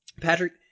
Patrick